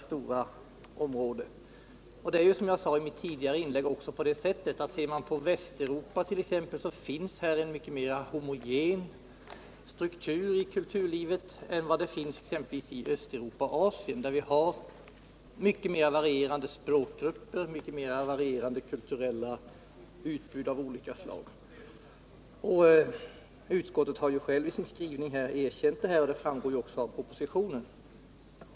Som jag sade i mitt tidigare inlägg har Västeuropas kulturliv en mycket mer homogen struktur, jämfört med Östeuropa och Asien där det finns många fler språkgrupper och en större variation på kulturutbudet. Utskottet har i sin skrivning självt erkänt detta, och det framhålls också i propositionen.